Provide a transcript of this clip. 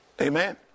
Amen